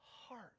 heart